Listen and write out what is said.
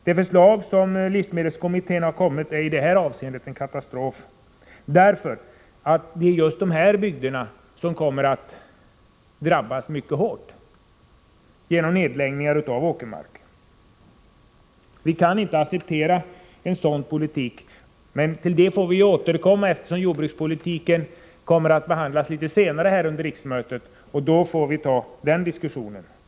Det förslag som livsmedelskommittén har kommit med är i detta avseende en katastrof, därför att just de här bygderna kommer att drabbas mycket hårt genom nedläggningar av åkermarken. Vi kan inte acceptera en sådan politik — men till detta får vi återkomma, eftersom jordbrukspolitiken kommer att behandlas litet senare under riksmötet, och vi får ta den diskussionen då.